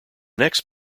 next